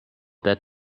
that